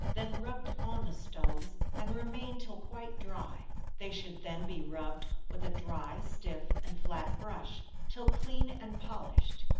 then rubbed on the stoves, and remain till quite dry they should then be rubbed with a dry, stiff, and flat brush, till clean and polished.